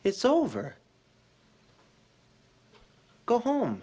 it's over go home